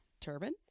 turban